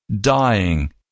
dying